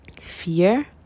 fear